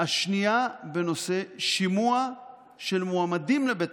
השנייה בנושא שימוע של מועמדים לבית